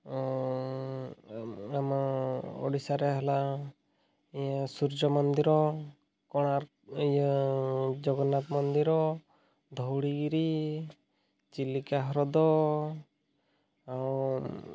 ଆମ ଓଡ଼ିଶାରେ ହେଲା ଇଏ ସୂର୍ଯ୍ୟ ମନ୍ଦିର କୋଣାର୍କ ଇଏ ଜଗନ୍ନାଥ ମନ୍ଦିର ଧଉଳିଗିରି ଚିଲିକା ହ୍ରଦ